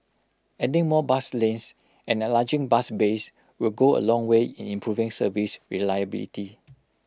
adding more bus lanes and enlarging bus bays will go A long way in improving service reliability